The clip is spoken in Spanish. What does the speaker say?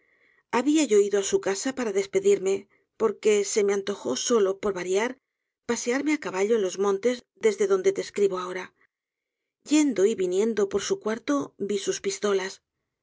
habia yo ido á su casa para despedirme porque se me antojó solo por variar pasearme á caballo en los montes desde donde te escribo ahora yendo y viniendo por su cuarto vi sus pistolas